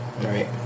Right